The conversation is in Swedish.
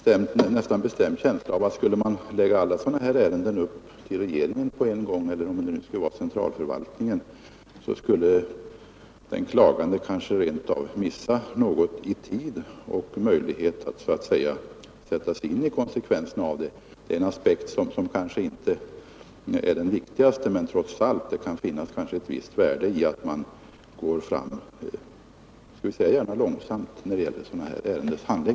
Jag har en bestämd känsla av att om man i första instans lade alla sådana här ärenden på centralförvaltningen eller regeringen, så skulle den klagande kanske förlora i tid och få mindre möjligheter att sätta sig in i konsekvenserna. Den aspekten är kanske inte den viktigaste, men det kan nog ligga ett visst värde i att man går långsamt fram vid handläggningen av sådana här ärenden.